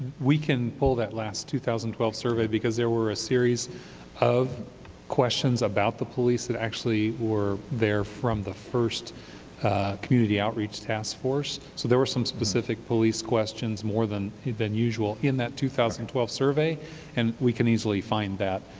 we can pull that last two thousand and twelve survey because there were a series of questions about the police that actually were there from the first community outreach task force. so there were some specific police questions more than than usual in that two thousand and twelve survey and we can easily find that.